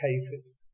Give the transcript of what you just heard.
cases